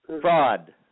Fraud